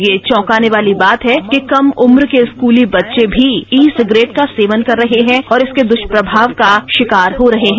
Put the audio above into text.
यह चौंकाने वाली बात है कि कम उम्र के स्कूली बच्चे भी ई सिगरेट का सेवन कर रहे हैं और इसके दुष्प्रभाव का शिकार हो रहे हैं